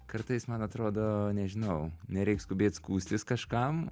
kartais man atrodo nežinau nereik skubėt skųstis kažkam